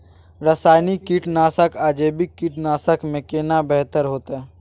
रसायनिक कीटनासक आ जैविक कीटनासक में केना बेहतर होतै?